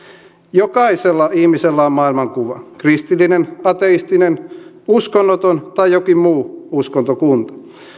jokaisella ihmisellä on maailmankuva kristillinen ateistinen uskonnoton tai jokin muu uskontokunta